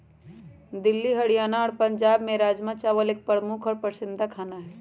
दिल्ली हरियाणा और पंजाब में राजमा चावल एक प्रमुख और पसंदीदा खाना हई